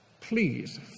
Please